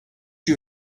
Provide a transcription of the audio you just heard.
you